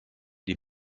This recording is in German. die